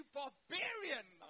barbarian